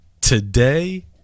today